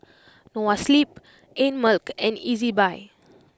Noa Sleep Einmilk and Ezbuy